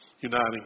uniting